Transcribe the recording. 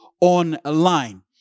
online